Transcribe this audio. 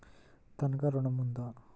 తనఖా ఋణం ఉందా?